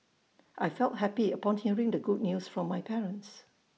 I felt happy upon hearing the good news from my parents